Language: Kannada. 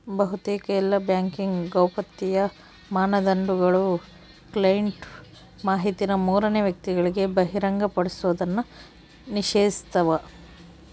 ಬಹುತೇಕ ಎಲ್ಲಾ ಬ್ಯಾಂಕಿಂಗ್ ಗೌಪ್ಯತೆಯ ಮಾನದಂಡಗುಳು ಕ್ಲೈಂಟ್ ಮಾಹಿತಿನ ಮೂರನೇ ವ್ಯಕ್ತಿಗುಳಿಗೆ ಬಹಿರಂಗಪಡಿಸೋದ್ನ ನಿಷೇಧಿಸ್ತವ